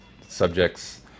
subjects